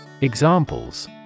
Examples